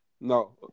No